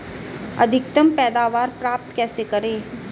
अधिकतम पैदावार प्राप्त कैसे करें?